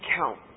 count